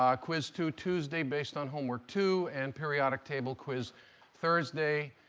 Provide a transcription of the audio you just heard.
um quiz two tuesday based on homework two, and periodic table quiz thursday.